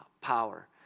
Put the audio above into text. power